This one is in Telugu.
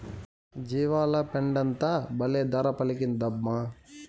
జీవాల పెండంతా బల్లే ధర పలికిందమ్మా